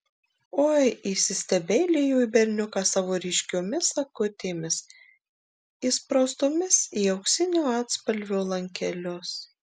oi įsistebeilijo į berniuką savo ryškiomis akutėmis įspraustomis į auksinio atspalvio lankelius